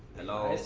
hello,